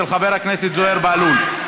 של חבר הכנסת זוהיר בהלול.